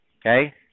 Okay